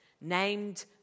named